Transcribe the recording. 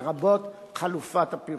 לרבות חלופת הפירוק.